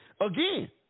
again